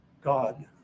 God